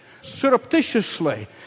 surreptitiously